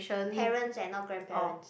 parents and not grandparents